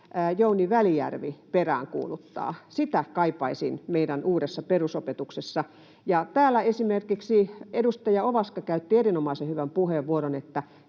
Jouni Välijärvi peräänkuuluttaa — sitä kaipaisin meidän uudessa perusopetuksessa. Täällä esimerkiksi edustaja Ovaska käytti erinomaisen hyvän puheenvuoron, että